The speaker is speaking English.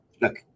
look